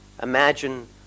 Imagine